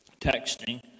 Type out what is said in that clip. texting